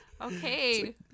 okay